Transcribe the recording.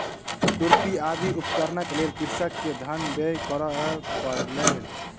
खुरपी आदि उपकरणक लेल कृषक के धन व्यय करअ पड़लै